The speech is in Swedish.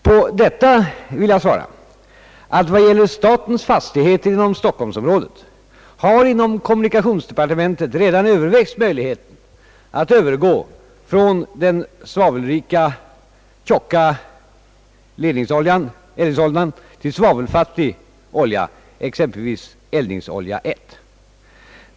På detta vill jag svara att vad gäller statens fastigheter inom Stockholmsområdet har inom kommunikationsdepartementet redan övervägts möjligheten att övergå från den svavelrika tjocka eldningsoljan till svavelfattig olja, exempelvis eldningsolja 1.